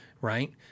right